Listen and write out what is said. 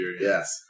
Yes